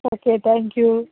okay thank you